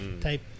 type